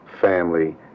family